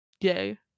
Yay